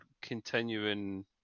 continuing